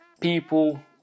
people